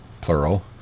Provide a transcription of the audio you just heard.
Plural